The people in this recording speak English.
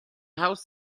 house